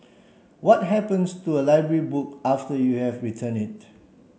what happens to a library book after you have returned it